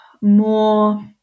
more